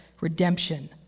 redemption